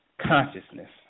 consciousness